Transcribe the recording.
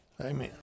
Amen